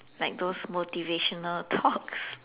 like those motivational talks